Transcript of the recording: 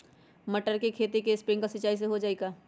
मटर के खेती स्प्रिंकलर सिंचाई से हो जाई का?